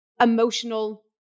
emotional